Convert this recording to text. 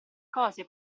cose